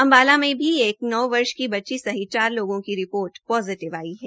अम्बाला मे भी एक नौ वर्ष की बच्ची सहित चार लोगों को रिपोर्ट भी पोजिटिव आई है